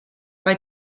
bei